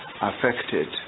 affected